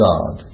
God